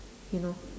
you know